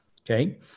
Okay